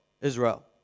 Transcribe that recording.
Israel